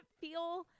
feel